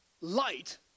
light